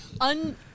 Un